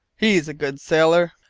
he's a good sailor,